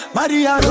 Maria